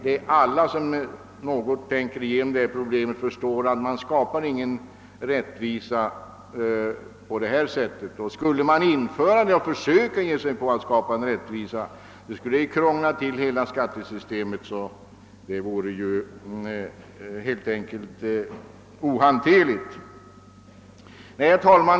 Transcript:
Nej, alla som tänker igenom detta problem förstår att det inte skapas någon rättvisa genom ett sådant system. Och skulle man införa systemet och försöka skapa rättvisa skulle hela skattesystemet krånglas till så att det blev fullkomligt ohanterligt.